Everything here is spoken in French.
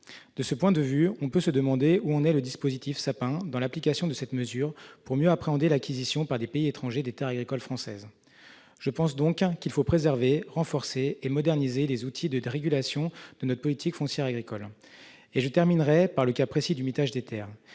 de ce point de vue où en est le dispositif Sapin, qui vise à mieux appréhender l'acquisition par des pays étrangers des terres agricoles françaises. Je crois qu'il nous faut préserver, renforcer et moderniser les outils de régulation de notre politique foncière agricole. Je terminerai par le cas précis du mitage des terres.